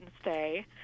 stay